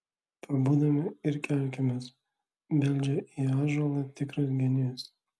pabudome ir kelkimės beldžia į ąžuolą tikras genys